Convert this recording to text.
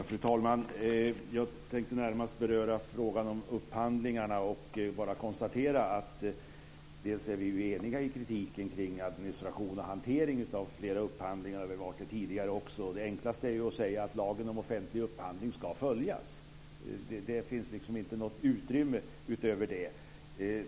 Fru talman! Jag tänkte närmast beröra frågan om upphandlingarna och bara konstatera att vi är eniga i kritiken kring administration och hantering av flera upphandlingar - vi har varit det tidigare också. Det enklaste är att säga att lagen om offentlig upphandling ska följas. Det finns inte något utrymme utöver det.